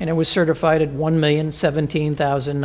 and it was certified at one million seventeen thousand